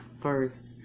first